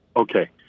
Okay